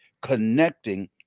connecting